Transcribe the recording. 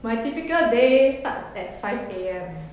my typical day starts at five A_M